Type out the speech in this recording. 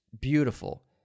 beautiful